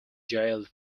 jailed